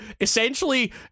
essentially